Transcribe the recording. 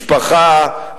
משפחה,